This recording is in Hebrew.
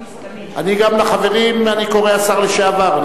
אני, גם לחברים קורא: השר לשעבר.